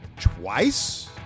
twice